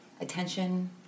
attention